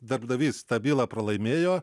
darbdavys tą bylą pralaimėjo